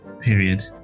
period